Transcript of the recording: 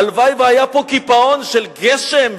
הלוואי שהיה פה קיפאון של גשם ושלג,